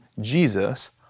Jesus